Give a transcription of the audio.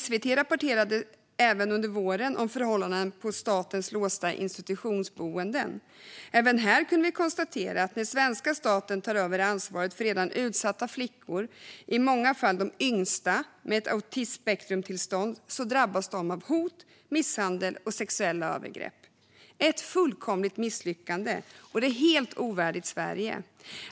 SVT rapporterade under våren även om förhållanden på statens låsta institutionsboenden. Även här kunde vi konstatera att när svenska staten tar över ansvaret för redan utsatta flickor, i många fall de yngsta med ett autismspektrumtillstånd, drabbas de av hot, misshandel och sexuella övergrepp. Detta är ett fullkomligt misslyckande och helt ovärdigt Sverige.